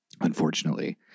Unfortunately